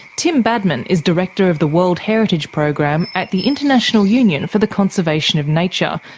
tim badman is director of the world heritage program at the international union for the conservation of nature,